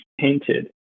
painted